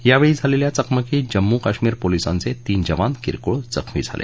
यावेळी झालेल्या चकमकीत जम्मू कश्मीर पोलिसांचा तीन जवान किरकोळ जखमी झाले